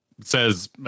Says